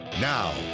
Now